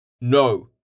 No